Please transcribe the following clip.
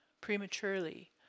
prematurely